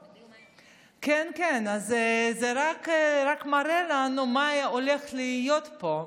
כן, כן, זה רק מראה לנו מה הולך להיות פה,